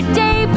day